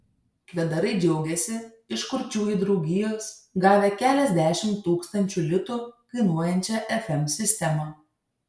kvedarai džiaugiasi iš kurčiųjų draugijos gavę keliasdešimt tūkstančių litų kainuojančią fm sistemą